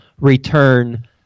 return